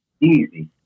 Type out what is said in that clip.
Easy